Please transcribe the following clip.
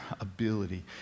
ability